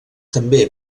també